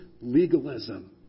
legalism